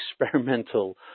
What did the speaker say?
experimental